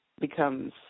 becomes